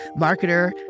marketer